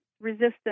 resistance